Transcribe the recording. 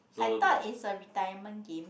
I thought is a retirement game